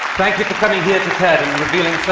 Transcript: thank you for coming here to ted and and revealing